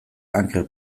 anker